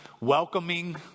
welcoming